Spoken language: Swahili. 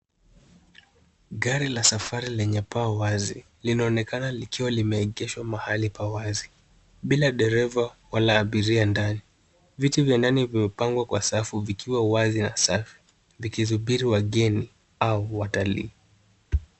Gari la safari lenye paa wazi linaonekana likiwa limeegeshwa mahali pawazi, bila dereva wala abiria ndani. Viti vya ndani vimepangwa kwa safu vikiwa wazi na safi vikisubiri wageni au watalii.